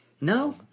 No